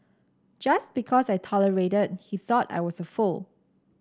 just because I tolerated he thought I was a fool